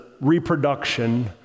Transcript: reproduction